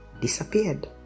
disappeared